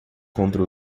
contra